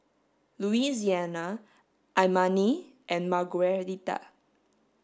Louisiana Imani and Margueritta